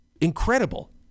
incredible